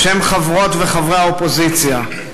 בשם חברות וחברי האופוזיציה,